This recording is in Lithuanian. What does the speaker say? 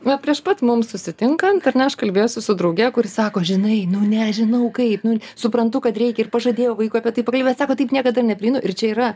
va prieš pat mum susitinkant ar ne aš kalbėjausi su drauge kuri sako žinai nu nežinau kaip nu suprantu kad reikia ir pažadėjau vaikui apie tai pakalbėt sako taip niekada ir neprieinu ir čia yra